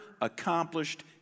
accomplished